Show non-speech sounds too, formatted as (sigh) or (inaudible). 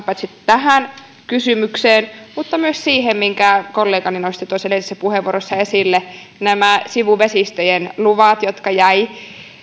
(unintelligible) paitsi tähän kysymykseen myös siihen minkä kollegani nosti tuossa edellisessä puheenvuorossa esille eli nämä sivuvesistöjen luvat jotka jäivät